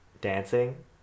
dancing